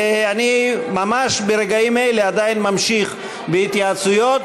וממש ברגעים אלה אני עדיין ממשיך בהתייעצויות.